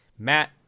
Matt